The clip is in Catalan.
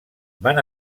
van